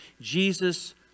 Jesus